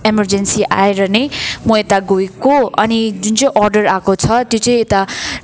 emergency आएर नै म यता गएको अनि जुन चाहिँ अर्डर आएको छ त्यो चाहिँ यता